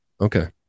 Okay